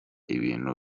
ibintu